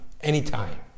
anytime